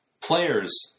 players